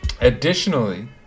Additionally